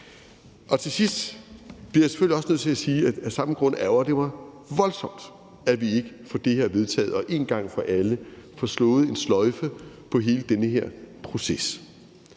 Til sidst bliver jeg selvfølgelig også nødt til at sige, at af samme grund ærgrer det mig voldsomt, at vi ikke får det her vedtaget og en gang for alle får bundet en sløjfe på hele den her proces.